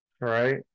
Right